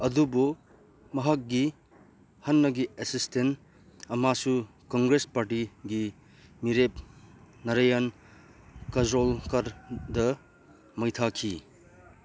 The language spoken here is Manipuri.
ꯑꯗꯨꯕꯨ ꯃꯍꯥꯛꯒꯤ ꯍꯥꯟꯅꯒꯤ ꯑꯦꯁꯤꯁꯇꯦꯟ ꯑꯃꯁꯨ ꯀꯪꯒ꯭ꯔꯦꯁ ꯄꯥꯔꯇꯤꯒꯤ ꯃꯤꯔꯦꯞ ꯅꯥꯔꯥꯌꯟ ꯀꯥꯖꯣꯜꯀꯔꯗ ꯃꯩ ꯊꯥꯈꯤ